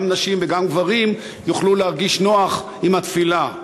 נשים וגם גברים יוכלו להרגיש נוח עם התפילה,